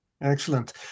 Excellent